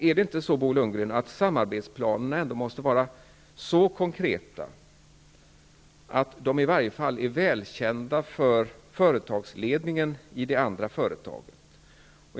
Måste inte samarbetsplanerna, Bo Lundgren, vara så konkreta att de i varje fall är välkända för företagsledningen i det andra företaget?